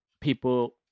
people